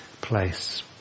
place